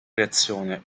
reazione